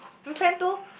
friend two